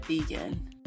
vegan